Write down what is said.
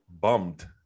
bummed